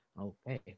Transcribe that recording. okay